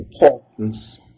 importance